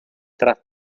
tras